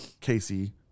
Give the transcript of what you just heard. Casey